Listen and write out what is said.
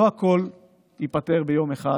לא הכול ייפתר ביום אחד,